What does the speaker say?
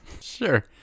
sure